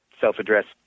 self-addressed